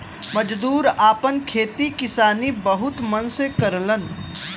मजदूर आपन खेती किसानी बहुत मन से करलन